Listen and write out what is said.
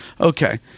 Okay